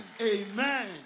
Amen